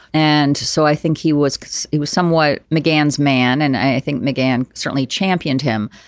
and so i think he was he was somewhat mccann's man and i think mcgann certainly championed him.